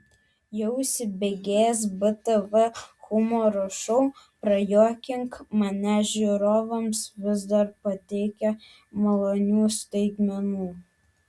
jau įsibėgėjęs btv humoro šou prajuokink mane žiūrovams vis dar pateikia malonių staigmenų